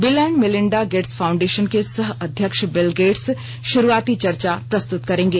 bill and Melinda Gates Foundation के सह अध्यक्ष बिल गेट्स शुरूआती चर्चा प्रस्तुत करेंगे